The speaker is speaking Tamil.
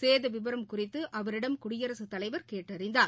சேதவிவரம் குறித்துஅவரிடம் குடியரசுத் தலைவர் கேட்டறிந்தார்